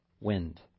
wind